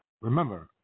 Remember